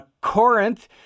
Corinth